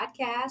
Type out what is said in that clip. Podcast